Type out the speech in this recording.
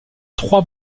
trois